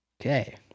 Okay